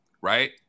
Right